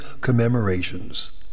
commemorations